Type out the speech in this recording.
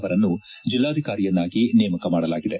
ಅವರನ್ನು ಜಿಲ್ಲಾಧಿಕಾರಿಯನ್ನಾಗಿ ನೇಮಕ ಮಾಡಲಾಗಿದೆ